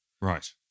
Right